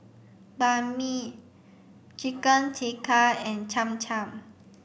Banh Mi Chicken Tikka and Cham Cham